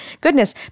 Goodness